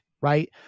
Right